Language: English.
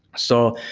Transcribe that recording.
so,